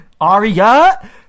Aria